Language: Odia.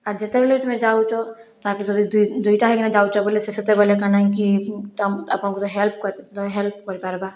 ଆର୍ ଯେତେବେଳେ ତୁମେ ଯାଉଛ ତାହାକେ ଯଦି ଦୁଇଟା ହେଇକିନା ଯାଉଛ ବୋଲେ ସେ ସେତେବେଲେ ଏକା ନାଇଁ କି ତମ୍ ଆପଣଙ୍କର ହେଲ୍ପ୍ ହେଲ୍ପ୍ କରିପାର୍ବା